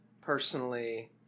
personally